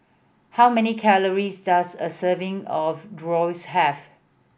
how many calories does a serving of Gyros have